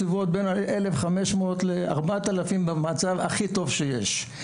בסביבות בין אלף חמש מאות לארבעת אלפים במצב הכי טוב שיש.